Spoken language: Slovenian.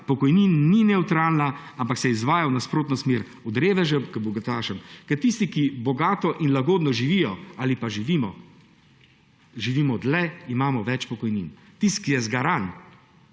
pokojnin ni nevtralna, ampak se izvaja v nasprotno smer; od revežev k bogatašem. Ker tisti, ki bogato in lagodno živijo ali pa živimo, živimo dlje, imamo več pokojnin. Tisti, ki je zgaran,